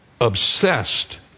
obsessed